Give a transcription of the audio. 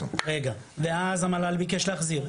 ואז המל"ל ביקש להחזיר.